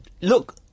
look